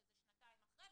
שזה שנתיים אחרי,